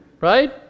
Right